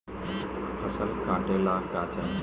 फसल काटेला का चाही?